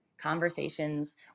conversations